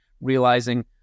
realizing